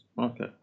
Okay